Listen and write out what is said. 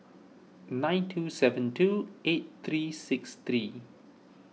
nine two seven two eight three six three